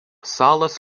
salos